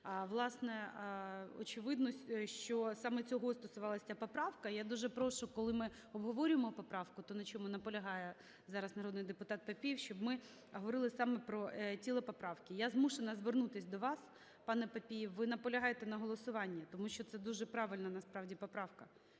Власне, очевидно, що саме цього стосувалася ця поправка. Я дуже прошу, коли ми обговорюємо поправку, на чому наполягає зараз народний депутат Папієв, щоб ми говорили саме про тіло поправки. Я змушена звернутись до вас, пане Папієв. Ви наполягаєте на голосуванні, тому що це дуже правильна насправді поправка,